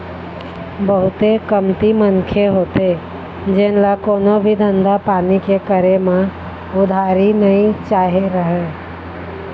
बहुते कमती मनखे होथे जेन ल कोनो भी धंधा पानी के करे म उधारी नइ चाही रहय